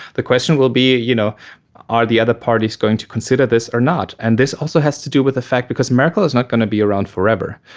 the question will be you know are the other parties going to consider this or not. and this also has to do with the fact, because merkel is not going to be around forever,